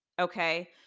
Okay